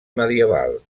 medieval